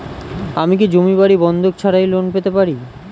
আমি কি জমি বাড়ি বন্ধক ছাড়াই লোন পেতে পারি?